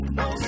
no